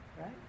right